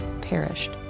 perished